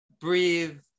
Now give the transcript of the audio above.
breathe